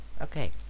Okay